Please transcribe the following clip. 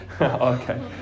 Okay